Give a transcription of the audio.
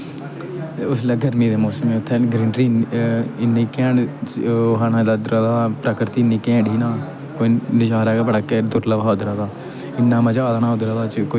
उसलै गर्मियें दे मोसम हे उत्थै मतलब गर्मी इ'न्नी कैंट ओह् हा उधरा दा प्रकृति इ'न्नी कैंट ही ना नजारा गै बड़ा दुलर्भ हा उधरा दा इ'न्ना मजा आ दा हा कोई साह्ब ही नीं ऐ